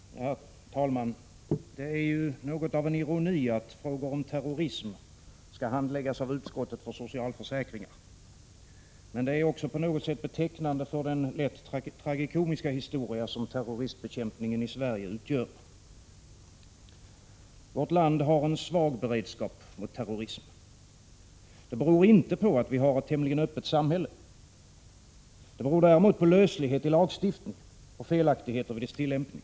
Herr talman! Det är något av en ironi att frågor om terrorism skall handläggas av utskottet för socialförsäkringar. Men det är också på något sätt betecknande för den tragikomiska historia som terroristbekämpningen i Sverige utgör. Vårt land har en svag beredskap mot terrorism. Det beror inte på att vi har ett tämligen öppet samhälle. Det beror däremot på löslighet i lagstiftningen och felaktigheter vid dess tillämpning.